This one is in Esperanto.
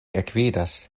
ekvidas